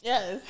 Yes